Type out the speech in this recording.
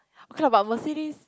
okay ah but Mercedes